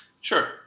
Sure